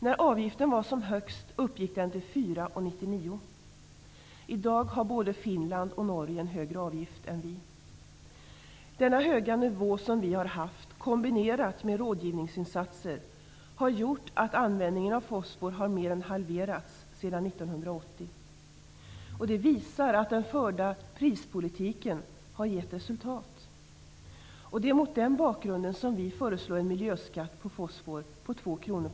När avgiften var som högst uppgick den till 4:99 kr kg.